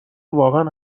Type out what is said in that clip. واقعا